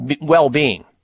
well-being